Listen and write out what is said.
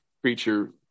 creature